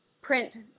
print